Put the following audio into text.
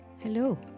Hello